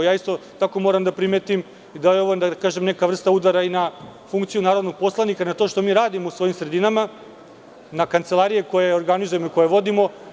Isto tako moram da primetim da je ovo neka vrsta udara i da funkciju narodnog poslanika, na to što mi radimo u svojim sredinama, na kancelarije koje organizujemo i vodimo.